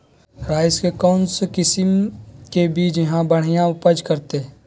राई के कौन किसिम के बिज यहा बड़िया उपज करते?